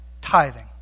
tithing